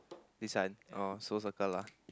this one oh so circle lah